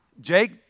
Jake